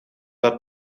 dat